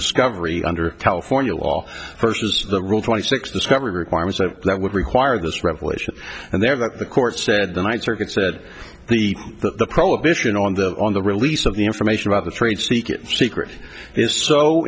discovery under california law versus the rule twenty six discovery requirements that would require this revelation and there that the court said the ninth circuit said that the prohibition on the on the release of the information about the trade secret secret